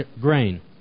grain